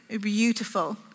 beautiful